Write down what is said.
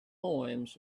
poems